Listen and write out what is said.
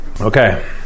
okay